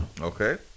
Okay